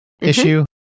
issue